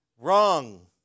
Wrong